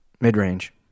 mid-range